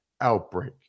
outbreak